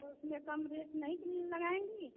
तो उसमें कम रेट नहीं लगाएँगी